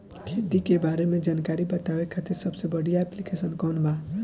खेती के बारे में जानकारी बतावे खातिर सबसे बढ़िया ऐप्लिकेशन कौन बा?